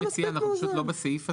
אנחנו פשוט לא בסעיף הזה.